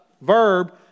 verb